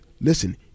listen